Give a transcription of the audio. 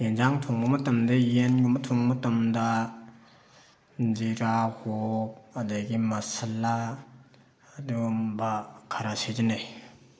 ꯑꯦꯟꯖꯥꯡ ꯊꯣꯡꯕ ꯃꯇꯝꯗ ꯌꯦꯟꯒꯨꯝꯕ ꯊꯣꯡꯕ ꯃꯇꯝꯗ ꯖꯤꯔꯥ ꯍꯣꯛ ꯑꯗꯒꯤ ꯃꯁꯂꯥ ꯑꯗꯨꯝꯕ ꯈꯔ ꯁꯤꯖꯤꯟꯅꯩ